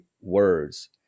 words